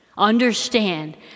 understand